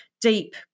deep